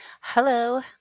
Hello